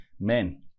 men